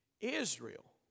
Israel